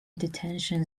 detention